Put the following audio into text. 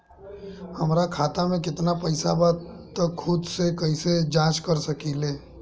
हमार खाता में केतना पइसा बा त खुद से कइसे जाँच कर सकी ले?